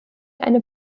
eine